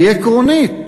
היא עקרונית.